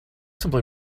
simply